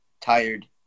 tired